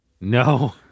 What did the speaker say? No